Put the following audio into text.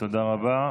תודה רבה.